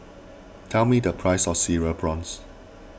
tell me the price of Cereal Prawns